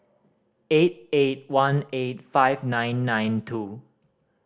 eight eight one eight five nine nine two